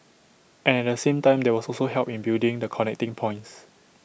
and at the same time there was also help in building the connecting points